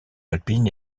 alpine